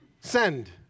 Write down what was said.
send